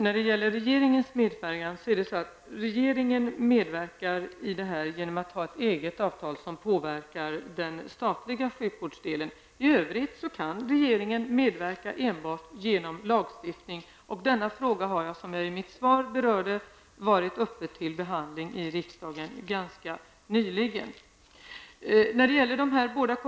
Fru talman! Regeringen har ett eget avtal som påverkar den statliga delen av sjukvården. I övrigt kan regeringen medverka enbart genom lagstiftning. Denna fråga har, vilket jag berörde i mitt svar, varit uppe till behandling i riksdagen ganska nyligen.